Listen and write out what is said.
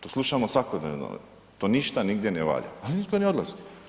To slušamo svakodnevno, to ništa nigdje ne valja, pa nitko ne odlazi.